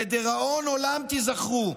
לדיראון עולם תיזכרו.